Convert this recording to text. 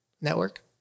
network